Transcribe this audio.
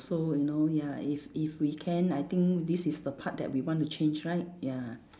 so you know ya if if we can I think this is the part that we want to change right ya